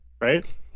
right